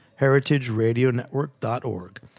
heritageradionetwork.org